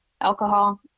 alcohol